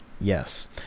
Yes